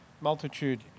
multitude